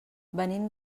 venim